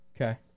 Okay